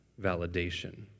validation